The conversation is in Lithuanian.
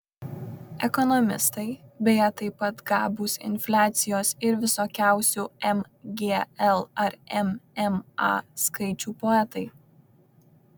ekonomistai beje taip pat gabūs infliacijos ir visokiausių mgl ar mma skaičių poetai